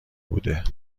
بوده